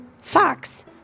Fox